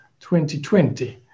2020